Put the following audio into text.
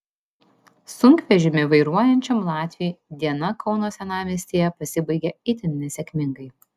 sunkvežimį vairuojančiam latviui diena kauno senamiestyje pasibaigė itin nesėkmingai